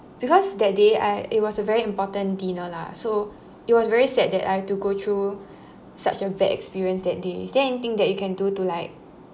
because that day I it was a very important dinner lah so it was very sad that I have to go through such a bad experiences that day is there anything that you can do to like